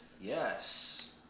yes